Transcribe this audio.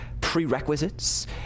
prerequisites